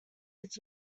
its